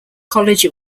college